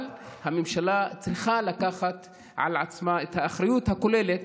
אבל הממשלה צריכה לקחת על עצמה את האחריות הכוללת